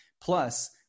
plus